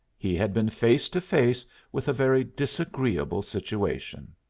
he had been face to face with a very disagreeable situation.